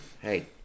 Hey